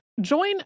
Join